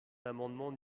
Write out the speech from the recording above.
l’amendement